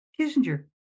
Kissinger